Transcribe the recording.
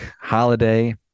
holiday